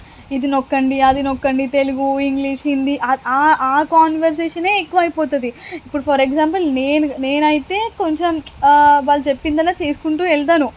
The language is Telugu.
ఇది నొక్కండి అది నొక్కండి తెలుగు ఇంగ్లీష్ హిందీ ఆ కాన్వర్జేషనే ఎక్కువైపోతది ఇప్పుడు ఫర్ ఎగ్జాంపుల్ నేను నేనయితే కొంచెం వాళ్ళు చెప్పిందల్లా చేసుకుంటూ వెళ్తాను